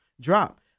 drop